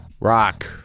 Rock